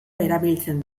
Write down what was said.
erabiltzen